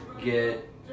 get